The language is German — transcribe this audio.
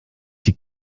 die